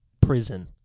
Prison